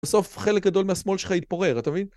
בסוף חלק גדול מהשמאל שלך יתפורר, אתה מבין?